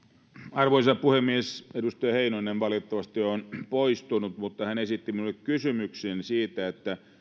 arvoisa puhemies edustaja heinonen valitettavasti on poistunut mutta hän esitti minulle kysymyksen siitä että